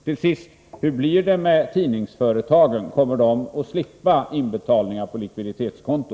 Till sist: Hur blir det med tidningsföretagen - kommer de att slippa inbetalningar på likviditetskonto?